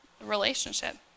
relationship